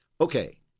okay